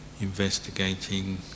investigating